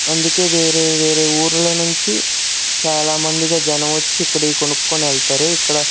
అందుకే వేరే వేరే ఊర్ల నుంచి చాలామందిగా జనం వచ్చి ఇక్కడవి కొనుక్కొని వెళ్తారు ఇక్కడ